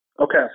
Okay